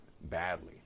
badly